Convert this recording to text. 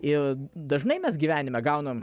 ir dažnai mes gyvenime gaunam